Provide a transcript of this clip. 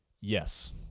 yes